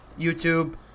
YouTube